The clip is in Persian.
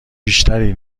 بیشتری